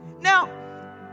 Now